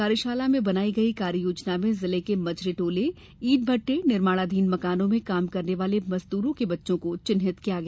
कार्यशाला में बनाई गई कार्ययोजना में जिले के मजरे टोले ईंट भट्टे निर्माणाधीन मकानों में काम करने वाले मजदूरों के बच्चों को चिन्हित किया गया